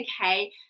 okay